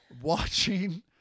watching